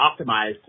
optimized